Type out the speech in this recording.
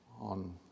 on